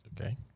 Okay